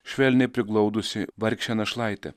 švelniai priglaudusį vargšę našlaitę